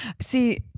see